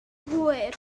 hwyr